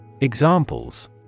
Examples